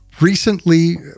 recently